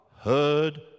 heard